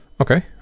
Okay